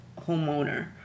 homeowner